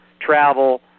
travel